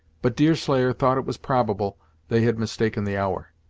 but deerslayer thought it was probable they had mistaken the hour.